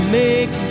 make